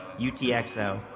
UTXO